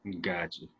Gotcha